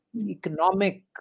economic